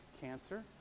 cancer